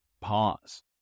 pause